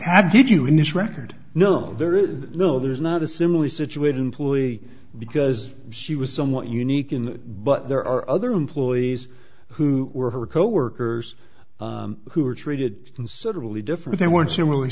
ask did you initial record no there is no there's not a similarly situated employee because she was somewhat unique in but there are other employees who were her coworkers who were treated considerably different they weren't